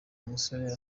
umusore